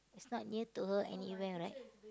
it's not near to her anywhere right